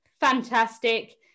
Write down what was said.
fantastic